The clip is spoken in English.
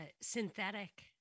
synthetic –